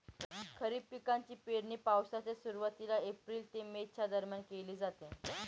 खरीप पिकांची पेरणी पावसाच्या सुरुवातीला एप्रिल ते मे च्या दरम्यान केली जाते